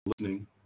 listening